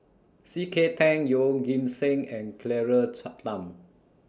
C K Tang Yeoh Ghim Seng and Claire Tham